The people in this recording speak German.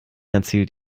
erzählt